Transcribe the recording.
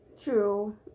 true